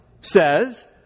says